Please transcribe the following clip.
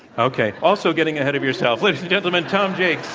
okay. also getting ahead of yourself. ladies and gentlemen, tom jacques.